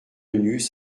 venues